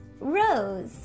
Rose